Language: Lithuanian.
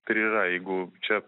taip ir yra jeigu čia